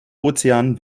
ozean